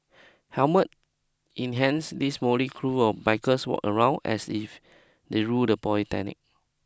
helmets in hands these motley crew of bikers walked around as if they ruled the polytechnic